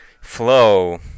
flow